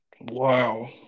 Wow